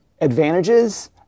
advantages